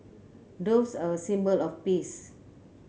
doves are a symbol of peace